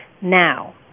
Now